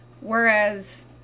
Whereas